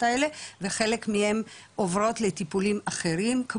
האלה וחלק מהן עוברות לטיפולים אחרים,